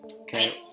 Okay